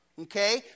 Okay